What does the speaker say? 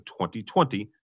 2020